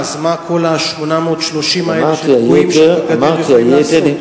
אז מה כל ה-830 האלה שתקועים מאחורי הגדר יכולים לעשות?